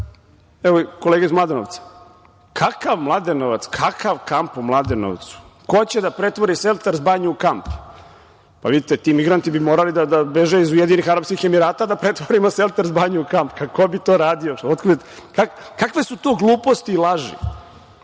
Evo i kolege iz Mladenovca, kakav Mladenovac, kakav kamp u Mladenovcu? Ko će da pretvori Selters banju u kamp? Vidite, ti migranti bi morali da beže iz UAE da pretvorimo Selters banju u kamp. Ko bi to radio? Kakve su to gluposti i laži? Ali